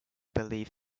believe